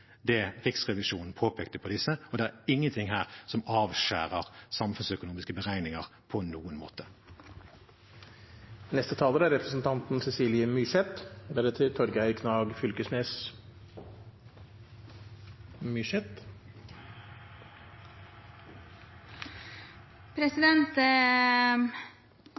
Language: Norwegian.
det Riksrevisjonen påpekte angående dette. Det er ingenting her som avskjærer samfunnsøkonomiske beregninger på noen måte.